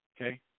Okay